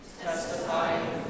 testifying